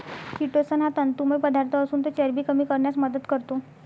chitosan हा तंतुमय पदार्थ असून तो चरबी कमी करण्यास मदत करतो